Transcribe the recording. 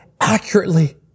accurately